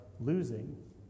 losing